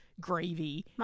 gravy